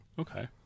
Okay